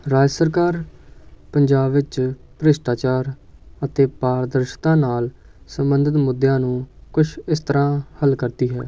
ਰਾਜ ਸਰਕਾਰ ਪੰਜਾਬ ਵਿੱਚ ਭ੍ਰਿਸ਼ਟਾਚਾਰ ਅਤੇ ਪਾਰਦਰਸ਼ਤਾ ਨਾਲ ਸੰਬੰਧਿਤ ਮੁੱਦਿਆਂ ਨੂੰ ਕੁਛ ਇਸ ਤਰ੍ਹਾਂ ਹੱਲ ਕਰਦੀ ਹੈ